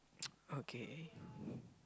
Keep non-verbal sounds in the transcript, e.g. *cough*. *noise* okay